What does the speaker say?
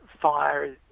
fire